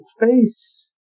face